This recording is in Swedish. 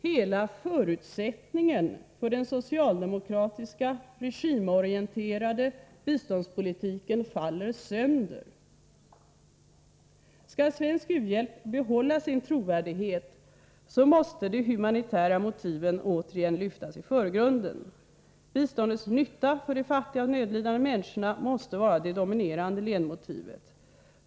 Hela förutsättningen för den socialdemokratiska, regimorienterade biståndspolitiken faller sönder. Skall svensk u-hjälp behålla sin trovärdighet, måste de humanitära motiven återigen lyftas i förgrunden. Biståndets nytta för de fattiga och nödlidande människorna måste vara det dominerande ledmotivet.